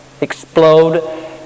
explode